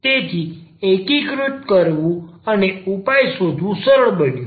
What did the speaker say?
તેથી એકીકૃત કરવું અને ઉપાય શોધવા સરળ બન્યું